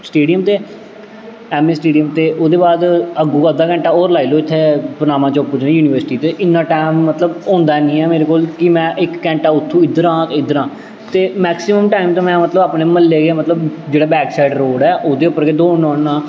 stadium ते ऐम्म ए स्टेडियम ते ओह्दे बाद अग्गों अद्धा घैंटा होर लाई लौ इत्थै पनामा चौक पुज्जने गी यूनीवर्सिटी ते इन्ना टैम मतलब होंदा है नी है मेरे कोल कि में इक घैंटा उत्थूं इद्धर आं ते इद्धर आं ते मैक्सीमम टैम ते में मतलब अपने म्हल्ले गै मतलब जेह्ड़ा बैक साइड रोड़ ऐ ओह्दे उप्पर गै दौड़ना होन्नां